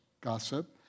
gossip